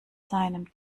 seinem